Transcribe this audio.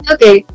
Okay